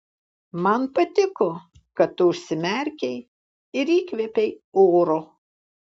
man patiko kad tu užsimerkei ir įkvėpei oro